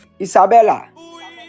Isabella